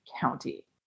County